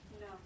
No